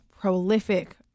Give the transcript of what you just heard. prolific